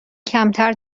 کمتر